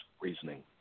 reasoning